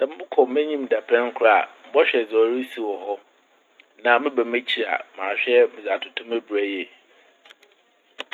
Sɛ mokɔ m'enyim dapɛn kor a, mɔhwɛ dza orisi wɔ hɔ na meba m'ekyir a mahwɛ dze atoto me bra yie.